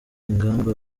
ingamba